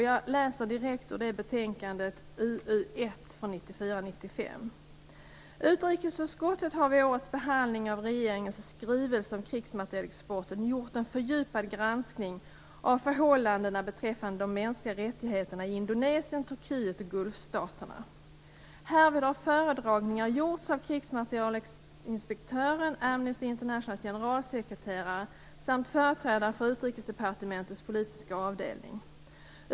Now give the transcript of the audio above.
Jag läser direkt ur betänkandet "Utrikesutskottet har vid årets behandling av regeringens skrivelse om krigsmaterielexporten gjort en fördjupad granskning av förhållandena beträffande de mänskliga rättigheterna i Indonesien, Turkiet och Gulfstaterna. Härvid har föredragningar gjorts av krigsmaterielinspektören, Amnesty Internationals generalsekreterare samt företrädare för Utrikesdepartementets politiska avdelning.